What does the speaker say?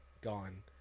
gone